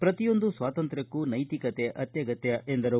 ಪ್ರತಿಯೊಂದು ಸ್ವಾತಂತ್ರ್ಕಕ್ಕೂ ನೈತಿಕತೆ ಅತ್ಯಗತ್ತ ಎಂದರು